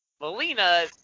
Melina